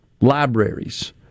libraries